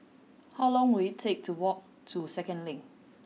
how long will it take to walk to Second Link